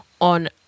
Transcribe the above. on